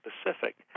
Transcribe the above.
specific